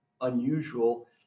unusual